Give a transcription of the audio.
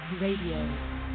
Radio